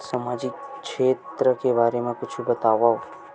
सामाजिक क्षेत्र के बारे मा कुछु बतावव?